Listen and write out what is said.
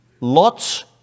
Lot's